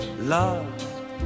Love